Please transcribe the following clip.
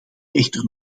echter